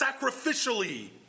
sacrificially